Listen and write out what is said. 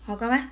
好过吗